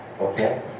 okay